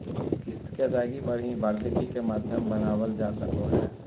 किस्त के अदायगी पर ही वार्षिकी के माध्यम बनावल जा सको हय